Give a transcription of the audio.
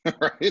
right